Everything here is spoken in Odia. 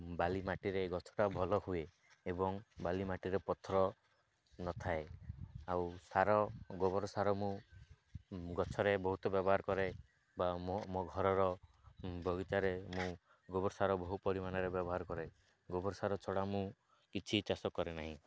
ବାଲି ମାଟିରେ ଗଛଟା ଭଲ ହୁଏ ଏବଂ ବାଲି ମାଟିରେ ପଥର ନଥାଏ ଆଉ ସାର ଗୋବର ସାର ମୁଁ ଗଛରେ ବହୁତ ବ୍ୟବହାର କରେ ବା ମୁଁ ମୋ ଘରର ବଗିଚାରେ ମୁଁ ଗୋବର ସାର ବହୁ ପରିମାଣରେ ବ୍ୟବହାର କରେ ଗୋବର ସାର ଛଡ଼ା ମୁଁ କିଛି ଚାଷ କରେ ନାହିଁ